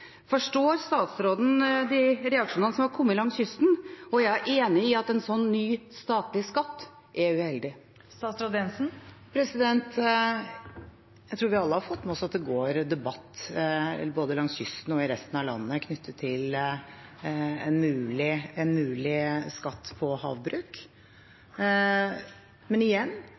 Forstår statsråden de reaksjonene som har kommet langs kysten, og er hun enig i at en slik ny statlig skatt er uheldig? Jeg tror vi alle har fått med oss at det går en debatt både langs kysten og i resten av landet knyttet til en mulig skatt på havbruk. Men igjen: